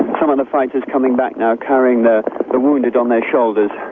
some of the fighters coming back now, carrying the wounded on their shoulders.